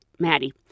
Maddie